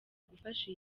gufasha